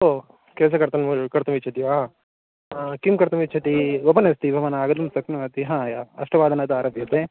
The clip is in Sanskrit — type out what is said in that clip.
ओ केशकर्तनं कर्तुमिच्छति वा किं कर्तुमिच्छती ओपन् अस्ति भवान् आगतुं शक्नोति अष्टवादनतः आरभ्यते